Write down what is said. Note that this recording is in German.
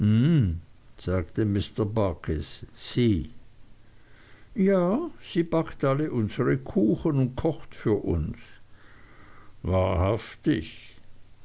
sagte mr barkis sie ja sie backt alle unsere kuchen und kocht für uns wahrhaftig